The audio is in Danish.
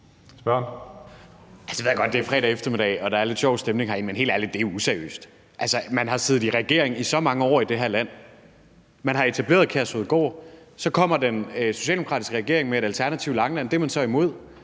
det er fredag eftermiddag, og at der er lidt sjov stemning herinde, men det er helt ærligt useriøst. Man har siddet i regering i så mange år i det her land, man har etableret Kærshovedgård, og så kommer den socialdemokratiske regering med et alternativ, nemlig Langeland, og det er man så imod.